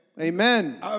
Amen